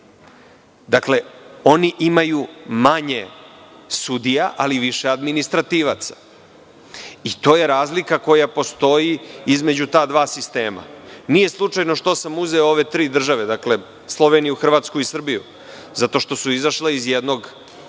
Dakle, oni imaju manje sudija, ali više administrativaca. To je razlika koja postoji između ta dva sistema. Nije slučajno što sam uzeo ove tri države, Sloveniju, Hrvatsku i Srbiju, zato što su izašle iz jednog